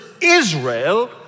Israel